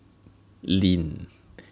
lean